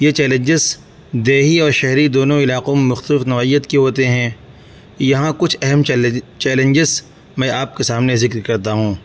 یہ چیلنجس دیہی اور شہری دونوں علاقوں میں مختلف نوعیت کے ہوتے ہیں یہاں کچھ اہم چیلنجس میں آپ کے سامنے ذکر کرتا ہوں